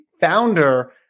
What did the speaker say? founder